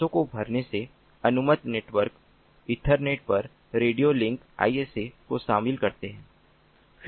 बसों को भरने में अनुमत नेटवर्क ईथरनेट पर रेडियो लिंक ISA को शामिल करते है